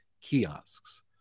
kiosks